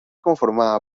conformada